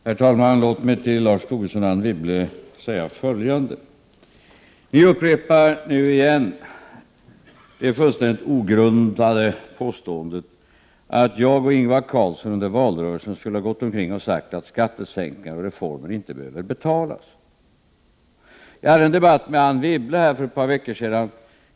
Herr talman! Låt mig till Lars Tobisson och Anne Wibble säga följande. Ni upprepar nu igen det fullständigt ogrundade påståendet att jag och Ingvar Carlsson under valrörelsen skulle ha gått omkring och sagt att skattesänkningar och reformer inte behöver betalas. Jag hade en debatt här i kammaren med Anne Wibble för några veckor sedan.